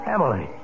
Emily